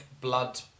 blood